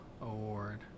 Award